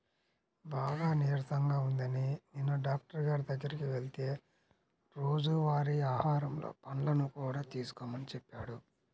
బాగా నీరసంగా ఉందని నిన్న డాక్టరు గారి దగ్గరికి వెళ్తే రోజువారీ ఆహారంలో పండ్లను కూడా తీసుకోమని చెప్పాడు